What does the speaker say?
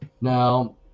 Now